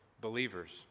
believers